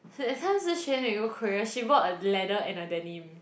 that time Shi-Xuan we go Korea she bought a leather and a denim